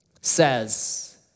says